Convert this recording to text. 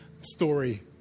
story